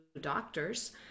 doctors